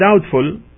doubtful